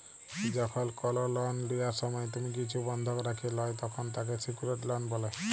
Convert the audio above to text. যখল কল লন লিয়ার সময় তুমি কিছু বনধক রাখে ল্যয় তখল তাকে স্যিক্যুরড লন বলে